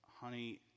honey